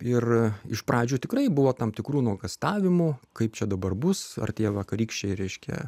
ir iš pradžių tikrai buvo tam tikrų nuogąstavimų kaip čia dabar bus ar tie vakarykščiai reiškia